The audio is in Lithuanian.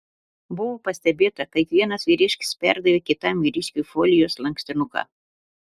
buvo pastebėta kaip vienas vyriškis perdavė kitam vyriškiui folijos lankstinuką